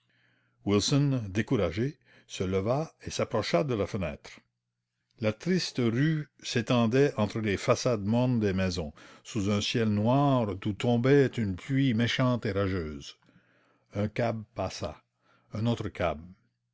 wilson découragé se leva et s'approcha de la fenêtre la triste rue s'étendait entre les façades mornes des maisons sous un ciel noir d'où tombait une pluie méchante et rageuse un cab passa un autre cab